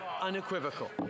unequivocal